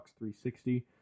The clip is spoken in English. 360